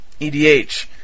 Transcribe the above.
EDH